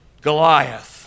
Goliath